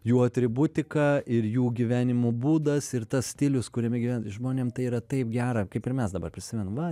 jų atributika ir jų gyvenimo būdas ir tas stilius kuriame gyvena žmonėm tai yra taip gera kaip ir mes dabar prisimenam va